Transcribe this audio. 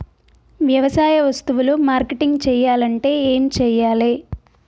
వ్యవసాయ వస్తువులు మార్కెటింగ్ చెయ్యాలంటే ఏం చెయ్యాలే?